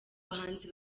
bahanzi